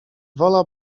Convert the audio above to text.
wola